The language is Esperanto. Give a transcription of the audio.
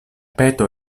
peto